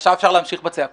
עכשיו אפשר להמשיך בצעקות.